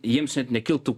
jiems net nekiltų